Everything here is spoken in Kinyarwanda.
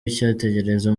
icyitegererezo